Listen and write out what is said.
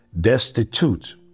Destitute